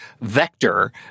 vector